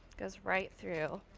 goes right through.